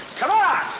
come on.